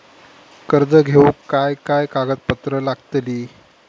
कर्ज घेऊक काय काय कागदपत्र लागतली?